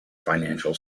financial